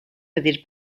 pedir